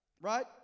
Right